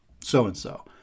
so-and-so